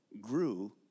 grew